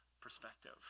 perspective